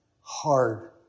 hard